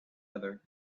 other